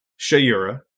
Shayura